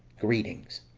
greetings.